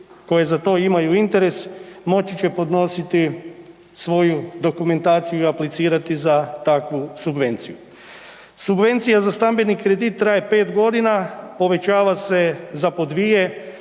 koje za to imaju interes moći će podnositi svoju dokumentaciju i aplicirati za takvu subvenciju. Subvencija za stambeni kredit traje pet godina, povećava se za po dvije